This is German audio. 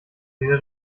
dieser